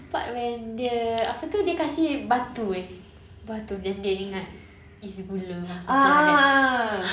the part when dia apa itu dia kasi batu eh batu then dia ingat it's gula or something like that